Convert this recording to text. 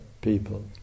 people